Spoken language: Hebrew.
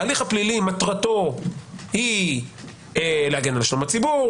מטרת ההליך הפלילי היא להגן על שלום הציבור,